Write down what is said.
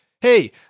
hey